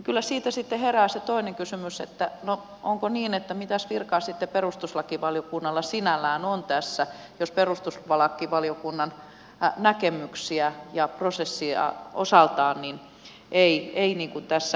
kyllä siitä sitten herää se toinen kysymys että mitäs virkaa sitten perustuslakivaliokunnalla sinällään on tässä jos perustuslakivaliokunnan näkemyksiä ja prosessia osaltaan ei tässä nähdä tärkeinä